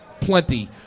plenty